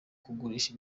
kugurisha